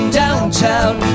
downtown